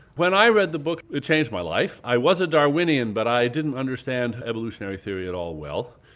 when i read the book it changed my life. i was a darwinian, but i didn't understand evolutionary theory at all well,